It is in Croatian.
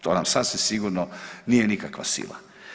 To nam sasvim sigurno nije nikakva sila.